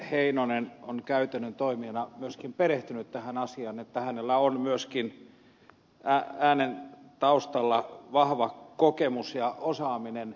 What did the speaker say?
heinonen on käytännön toimijana perehtynyt tähän asiaan että hänellä on myöskin äänen taustalla vahva kokemus ja osaaminen